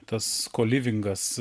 tas kolivingas